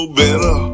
better